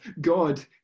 God